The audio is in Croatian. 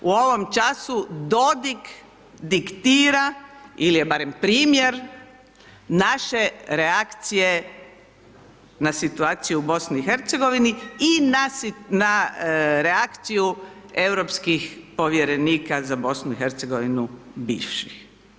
U ovom času Dodig diktira ili je barem primjer naše reakcije ne situaciju u BiH i na reakciju europskih povjerenika za BiH bivših.